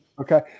Okay